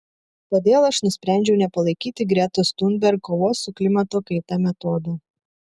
todėl aš nusprendžiau nepalaikyti gretos thunberg kovos su klimato kaita metodo